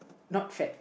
not fat